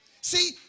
See